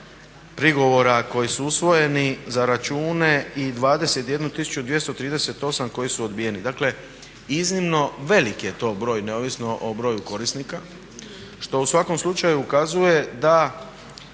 prigovora koji su usvojeni za račune i 21 238 koji su odbijeni. Dakle iznimno velik je to broj, neovisno o broju korisnika što u svakom slučaju ukazuje da